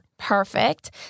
Perfect